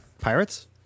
Pirates